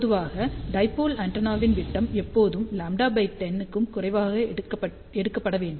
பொதுவாக டைபோல் ஆண்டெனாவின் விட்டம் எப்போதும் λ 10 க்கும் குறைவாக எடுக்கப்பட வேண்டும்